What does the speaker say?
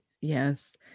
yes